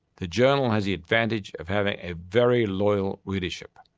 the journal has the advantage of having a very loyal readership,